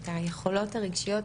את היכולות הרגשיות,